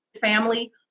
family